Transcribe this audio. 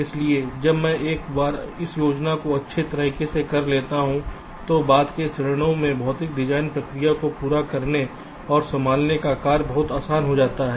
इसलिए जब मैं एक बार इस योजना को अच्छे तरीके से कर लेता हूं तो बाद के चरणों में भौतिक डिजाइन प्रक्रिया को पूरा करने और संभालने का कार्य बहुत आसान हो जाता है